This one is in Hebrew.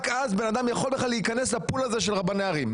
רק אז בן אדם יכול בכלל להיכנס ל- poolהזה של רבני ערים.